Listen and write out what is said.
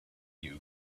you